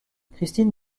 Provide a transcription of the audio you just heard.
christine